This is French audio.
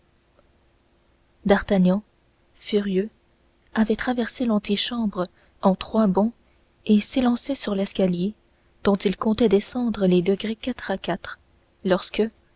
d'artagnan furieux avait traversé l'antichambre en trois bonds et s'élançait sur l'escalier dont il comptait descendre les degrés quatre à quatre lorsque